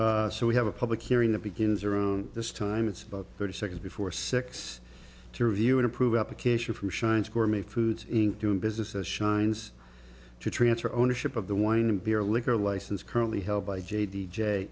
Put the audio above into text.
hearing so we have a public hearing that begins around this time it's about thirty seconds before six to review and approve application from shine squirmy food inc doing business as shines to transfer ownership of the wine and beer liquor license currently held by j d j